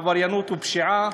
עבריינות ופשיעה,